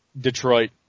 Detroit